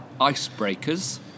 icebreakers